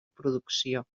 producció